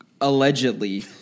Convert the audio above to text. allegedly